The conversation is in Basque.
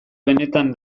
benetan